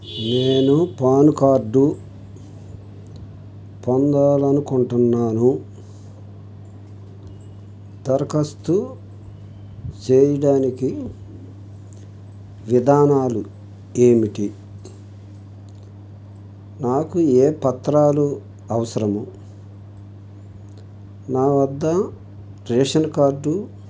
నేను PAN card పొందాలి అనుకుంటున్నాను దరఖాస్తు చేయడానికి విధానాలు ఏమిటి నాకు ఏ పత్రాలు అవసరము నా వద్ద రేషన్ కార్డు